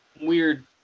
weird